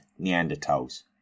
Neanderthals